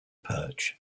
perch